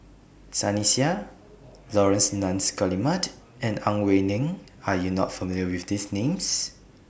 Sunny Sia Laurence Nunns Guillemard and Ang Wei Neng Are YOU not familiar with These Names